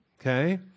okay